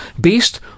based